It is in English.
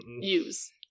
use